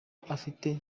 afite